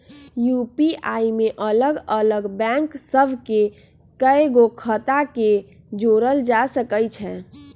UPI में अलग अलग बैंक सभ के कएगो खता के जोड़ल जा सकइ छै